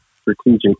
strategic